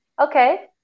Okay